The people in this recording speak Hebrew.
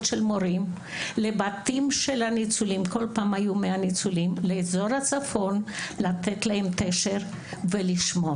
של מורים לבתי הניצולים באוזר הצפון כדי לתת להם תשר ולשמור.